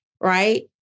right